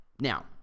Now